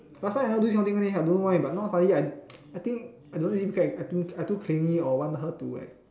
last time I never do this kind of thing leh I don't know why but now suddenly I I think I don't really care I too I too clingy or want her to like